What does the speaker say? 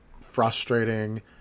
frustrating